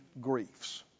griefs